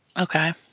Okay